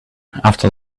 after